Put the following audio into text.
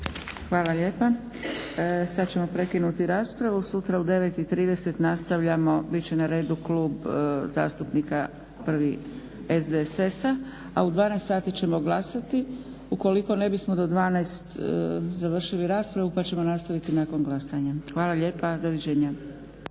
Hvala lijepa. Sada ćemo prekinuti raspravu. Sutra u 9,30 nastavljamo, biti će na redu Klub zastupnika prvi SDSS-a. A u 12 sati ćemo glasati. Ukoliko ne bismo do 12 završili raspravu pa ćemo nastaviti nakon glasanja. Hvala lijepa. Doviđenja!